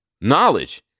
Knowledge